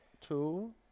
two